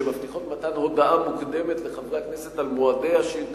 שמבטיחות מתן הודעה מוקדמת לחברי הכנסת על מועדי השאילתות,